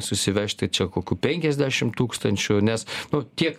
susivežti čia kokių penkiasdešim tūkstančių nes nu tiek